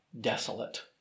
desolate